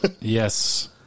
yes